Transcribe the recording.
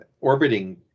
orbiting